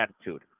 attitude